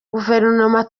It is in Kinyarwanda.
guverinoma